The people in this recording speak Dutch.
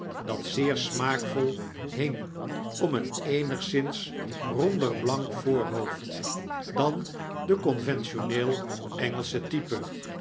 dat zeer smaakvol hing om een eenigszins ronder blank voorhoofd dan de conventioneel engelsche type